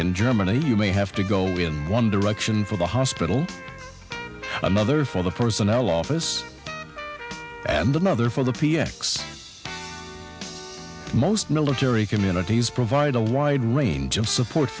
in germany you may have to go in one direction for the hospital another for the personnel office and another for the p x most military communities provide a wide range of support